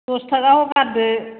दस थाखाखौ गारदो